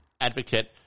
advocate